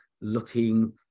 looking